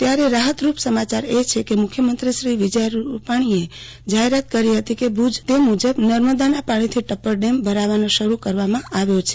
ત્યારે રાહતરૂપ સમાચારએ છે કે મુખ્યમંત્રી શ્રી વિજય રૂપાણીએ જાહેરાત કરી હતી તે મુજબ નર્મદાના પાણીમાંથી ટપ્પર કેમ ભરાવાનો શરૂ કરવામાં આવ્યો છે